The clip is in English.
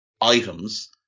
items